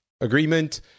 agreement